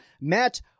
Matt